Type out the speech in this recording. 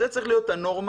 זה צריך להיות הנורמה.